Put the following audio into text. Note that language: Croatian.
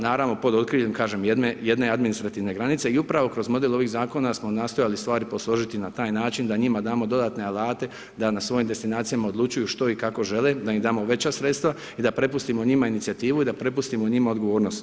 Naravno pod okriljem kažem jedne, jedne administrativne granice i upravo kroz model ovih zakona smo nastojali stvari posložiti na taj način da njima damo dodatne alate da na svojim destinacijama odlučuju što i kao žele, da im damo veća sredstava i da prepustimo njima inicijativu i da prepustimo njima odgovornost.